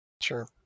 Sure